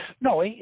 No